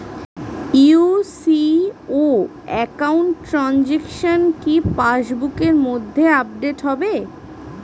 UCO account transaction কি পাস বুকের মধ্যে আপডেট হবে?